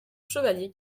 chevalier